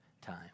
time